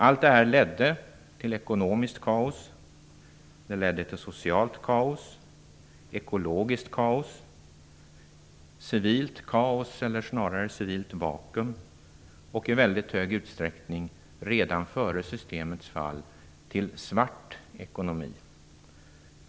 Allt detta ledde till ekonomiskt, socialt, ekologiskt kaos, civilt vakuum och i väldigt stor utsträckning redan före systemets fall till svart ekonomi.